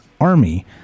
army